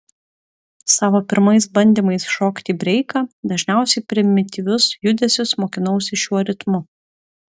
savo pirmais bandymais šokti breiką dažniausiai primityvius judesius mokinausi šiuo ritmu